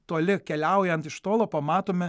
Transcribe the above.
toli keliaujant iš tolo pamatome